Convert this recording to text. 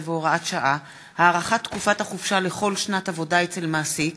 15 והוראת שעה) (הארכת תקופת החופשה לכל שנת עבודה אצל מעסיק),